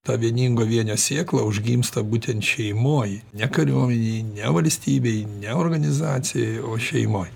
ta vieningo vienio sėkla užgimsta būtent šeimoj ne kariuomenėj ne valstybėj ne organizacijoj o šeimoj